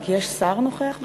רק, יש שר נוכח בדיון?